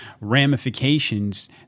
ramifications